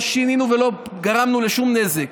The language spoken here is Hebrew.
לא שינינו ולא גרמנו לשום נזק.